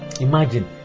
Imagine